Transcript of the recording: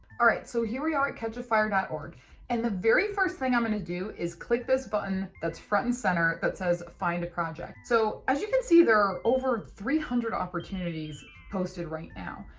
all right so here we are at catchafire dot org and the very first thing i'm going to do is click this button that's front and center that says find a project. so as you can see there are over three hundred opportunities posted right now,